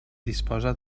disposa